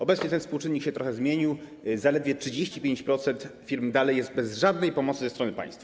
Obecnie ten współczynnik się trochę zmienił, zaledwie 35% firm dalej jest bez żadnej pomocy ze strony państwa.